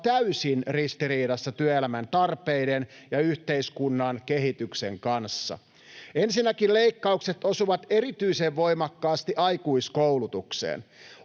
täysin ristiriidassa työelämän tarpeiden ja yhteiskunnan kehityksen kanssa. Ensinnäkin leikkaukset osuvat erityisen voimakkaasti aikuiskoulutukseen.